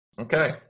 Okay